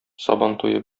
сабантуе